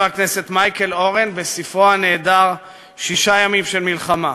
הכנסת מייקל אורן ובספרו הנהדר "שישה ימים של מלחמה".